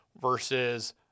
versus